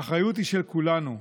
האחריות היא של כולנו,